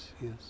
yes